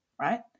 right